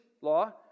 law